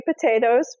potatoes